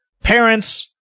parents